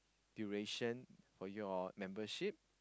duration for your membership